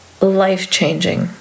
life-changing